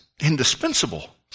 indispensable